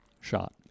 shot